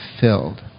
filled